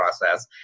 process